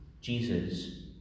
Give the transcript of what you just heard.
Jesus